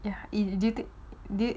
ya it did